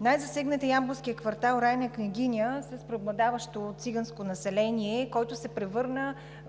Най-засегнатият ямболски квартал е „Райна Княгиня“, с преобладаващо циганско население, който се превърна